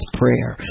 prayer